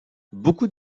beaucoup